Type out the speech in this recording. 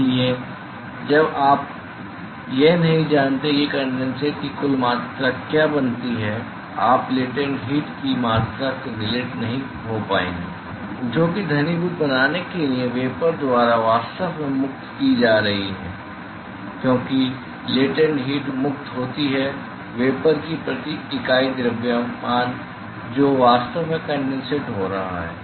इसलिए जब तक आप यह नहीं जानते कि कनडेनसेट की कुल मात्रा क्या बनती है आप लेटेन्ट हीट की मात्रा से रिलेट नहीं हो पाएंगे जो कि घनीभूत बनाने के लिए वेपर द्वारा वास्तव में मुक्त की जा रही है क्योंकि लेटेन्ट हीट मुक्त होती है वेपर का प्रति इकाई द्रव्यमान जो वास्तव में कनडेनसेट हो रहा है